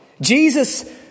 Jesus